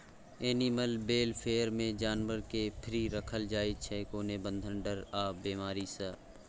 animal welfare मे जानबर केँ फ्री राखल जाइ छै कोनो बंधन, डर आ बेमारी सँ